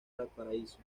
valparaíso